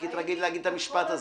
חיכית להגיד רק את המשפט הזה.